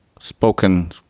spoken